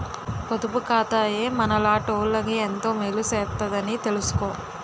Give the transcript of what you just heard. పొదుపు ఖాతాయే మనలాటోళ్ళకి ఎంతో మేలు సేత్తదని తెలిసుకో